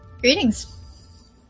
Greetings